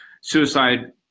suicide